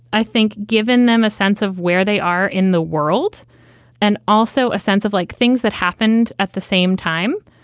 i think, given them a sense of where they are in the world and also a sense of like things that happened at the same time.